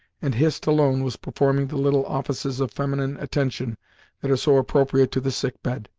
and hist alone was performing the little offices of feminine attention that are so appropriate to the sick bed.